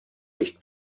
licht